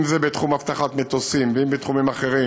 אם זה בתחום אבטחת מטוסים ואם בתחומים אחרים,